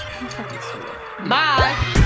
Bye